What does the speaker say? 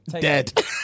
dead